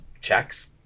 checks